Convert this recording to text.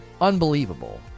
Unbelievable